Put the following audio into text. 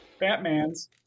Batman's